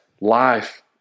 life